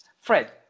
Fred